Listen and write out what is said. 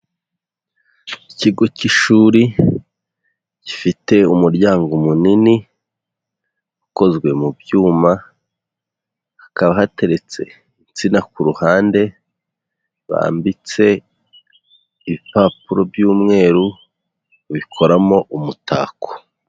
Ikigo cy'ishuri gifite umuryango munini ukozwe mu byuma, hakaba hateretse intsina ku ruhande bambitse ibipapuro by'umweru bikoramo umutako.